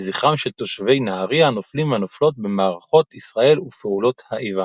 לזכרם של תושבי נהריה הנופלים והנופלות במערכות ישראל ופעולות האיבה.